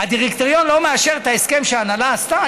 הדירקטוריון לא מאשר את ההסכם שההנהלה עשתה?